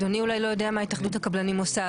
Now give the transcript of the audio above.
אדוני אולי לא יודע מה התאחדות הקבלנים עושה,